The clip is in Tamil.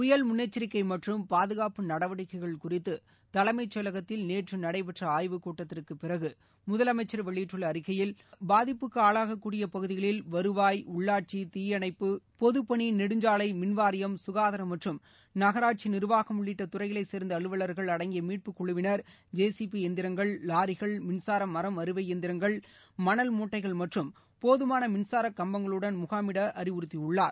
புயல் முன்னெச்சரிக்கை மற்றும் பாதுகாப்பு நடவடிக்கைகள் குறித்து தலைமைச் செயலகத்தில் நேற்று நடைபெற்ற ஆய்வுக் கூட்டத்திற்குப் பிறகு முதலமைச்சர் வெளியிட்டுள்ள அறிக்கையில் பாதிப்புக்கு ஆளாகக்கூடிய பகுதிகளில் வருவாய் உள்ளாட்சி தீயணைப்பு பொதுப்பணி நெடுஞ்சாலை மின்வாரியம் சுகாதாரம் மற்றும் நகராட்சி நிர்வாகம் உள்ளிட்ட துறைகளைச் சார்ந்த அலுவலர்கள் அடங்கிய மீட்புக் குழுவினர் ஜேசிபி எந்திரங்கள் லாரிகள் மின்சார மரம் அறுவை எந்திரங்கள் மணல் மூட்டைகள் மற்றும் போதுமான மின்சாரக் கம்பங்களுடன் முகாமிட வேண்டும் என அறிவுறுத்தியுள்ளார்